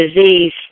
disease